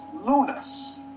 lunas